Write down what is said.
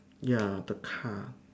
ya the car